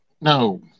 No